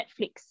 Netflix